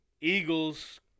Eagles